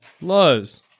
Lows